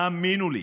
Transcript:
האמינו לי